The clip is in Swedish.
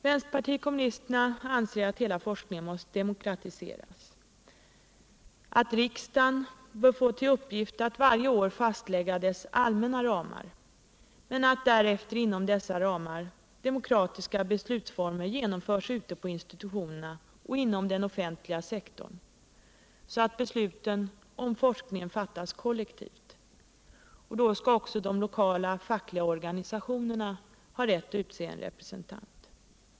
Vänsterpartiet kommunisterna anser att hela forskningen måste demokratiseras, att riksdagen bör få till uppgift att varje år fastlägga dess allmänna ramar men att därefter inom dessa ramar demokratiska beslutsformer genomförs ute på institutionerna och inom den offentliga sektorn så att besluten om forskningen fattas kollektivt. Då skall även de lokala fackliga Organisationerna ha rätt att utse en representant.